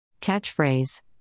Catchphrase